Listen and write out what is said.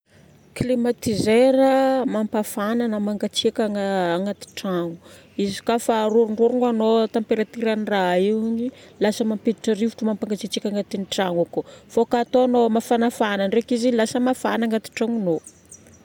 Climatiseur: mampafana na mangatsiaka agna- agnaty tragno. Izy ka fa arorondrorognanao températuren'i raha io igny, lasa mampiditra rivotra mampangatsiatsiaka agnatin'ny tragno ao koa. Fô ka ataonao mafanafana ndriky izy, lasa mafana agnaty tragnonao.